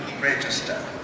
register